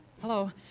Hello